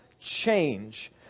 change